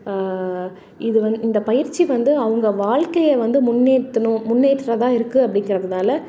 இது வந் இந்த பயிற்சி வந்து அவங்க வாழ்க்கைய வந்து முன்னேற்றணும் முன்னேற்ற தான் இருக்குது அப்படிங்கிறதுனால